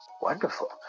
Wonderful